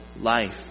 life